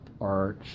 arch